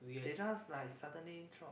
they just like suddenly thought